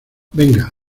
venga